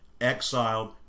exiled